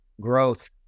growth